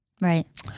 Right